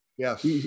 Yes